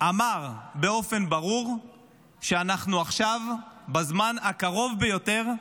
אמר באופן ברור שאנחנו עכשיו, בזמן הקרוב ביותר,